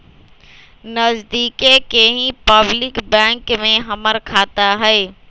नजदिके के ही पब्लिक बैंक में हमर खाता हई